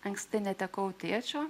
anksti netekau tėčio